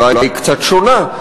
אולי קצת שונה,